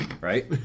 Right